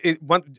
One